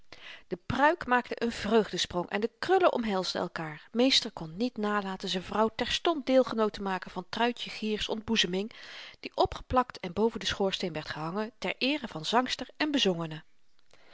de pruik maakte een vreugdesprong en de krullen omhelsden elkaar meester kon niet nalaten z'n vrouw terstond deelgenoot te maken van truitje giers ontboezeming die opgeplakt en boven den schoorsteen werd gehangen ter eere van zangster en bezongene